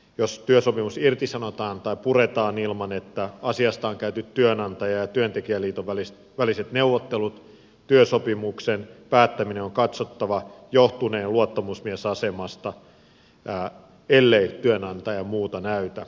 jos luottamusmiehen työsopimus irtisanotaan tai puretaan ilman että asiasta on käyty työnantaja ja työntekijäliiton väliset neuvottelut työsopimuksen päättämisen on katsottava johtuneen luottamusmiesasemasta ellei työnantaja muuta näytä